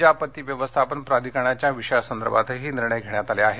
राज्य आपत्ती व्यवस्थापन प्राधिकरणाच्या विषयांसदर्भातही निर्णय घेण्यात आले आहेत